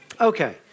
Okay